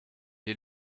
est